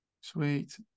sweet